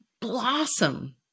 blossom